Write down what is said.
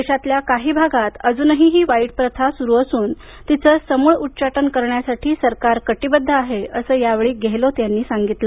देशात काही भागात अजूनही ही वाईट प्रथा चालू असून तिचं समूळ उच्चाटन करण्यासाठी सरकार कटीबद्ध आहे असं यावेळी गेहलोत यांनी सांगितलं